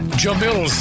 jamil